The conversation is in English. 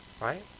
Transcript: right